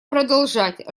продолжать